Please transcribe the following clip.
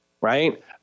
right